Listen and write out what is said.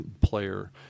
player